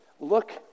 look